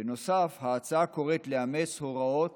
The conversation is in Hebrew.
בנוסף, ההצעה קוראת לאמץ הוראות